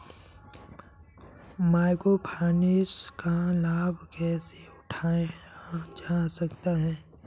Micro finance का लाभ कैसे उठाया जा सकता है?